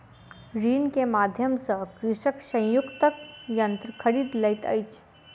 ऋण के माध्यम सॅ कृषक संयुक्तक यन्त्र खरीद लैत अछि